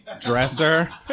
dresser